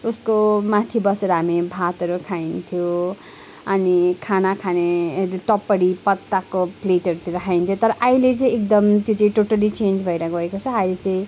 उसकोमाथि बसेर हामी भातहरू खाइन्थ्यो अनि खाना खाने टपरी पत्ताको प्लेटहरूतिर खाइन्थ्यो तर अहिले चाहिँ एकदम त्यो टोटल्ली चेन्ज भएर गएको छ अहिले चाहिँ